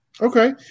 okay